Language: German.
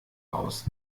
aus